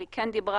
אבל היא כן דיברה,